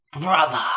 Brother